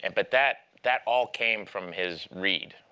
and but that that all came from his read,